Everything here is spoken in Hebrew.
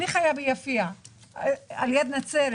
אני חיה ביפיע על יד נצרת,